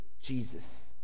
jesus